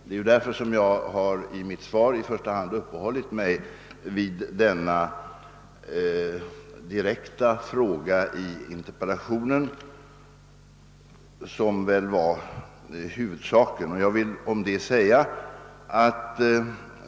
Det är av denna anledning som jag i mitt svar i första hand uppehållit mig vid detta, som väl var huvudfrågan i interpellationen.